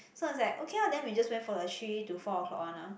so I was like okay lor then we just went for the three to four o-clock one ah